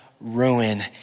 ruin